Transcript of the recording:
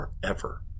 forever